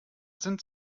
sind